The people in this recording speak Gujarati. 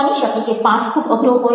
બની શકે કે પાઠ ખૂબ અઘરો હોય